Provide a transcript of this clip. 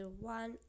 one